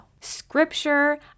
scripture